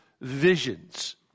visions